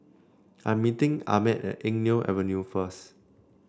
I am meeting Ahmed at Eng Neo Avenue first